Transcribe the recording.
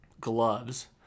gloves